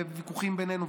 וויכוחים בינינו,